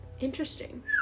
interesting